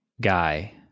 guy